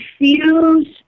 refuse